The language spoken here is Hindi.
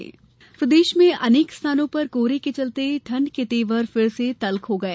मौसम प्रदेश के अनेक स्थानों पर कोहरे के चलते ठंड के तेवर फिर से तल्ख हो गए